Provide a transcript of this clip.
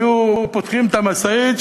היו פותחים את המשאית,